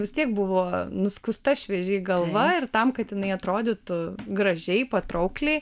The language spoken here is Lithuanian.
vis tiek buvo nuskusta šviežiai galva ir tam kad jinai atrodytų gražiai patraukliai